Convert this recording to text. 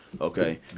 Okay